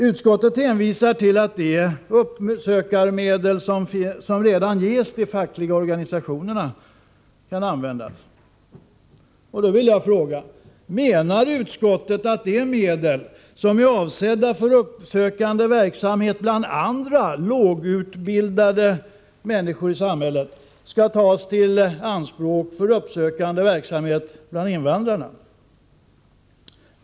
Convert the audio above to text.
Utskottet hänvisar till att de medel för uppsökande verksamhet som redan nu ges till de fackliga organisationerna kan användas. Då vill jag fråga: Menar utskottet att de medel som är avsedda för uppsökande verksamhet bland andra lågutbildade människor i samhället skall tas i anspråk för uppsökande verksamhet bland invandrarna?